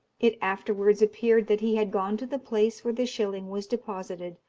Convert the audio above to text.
it afterwards appeared that he had gone to the place where the shilling was deposited,